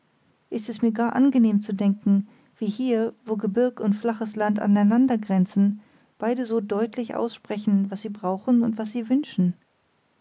ist es mir gar angenehm zu denken wie hier wo gebirg und flaches land aneinandergrenzen beide so deutlich aussprechen was sie brauchen und was sie wünschen